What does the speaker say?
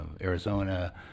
Arizona